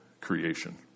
creation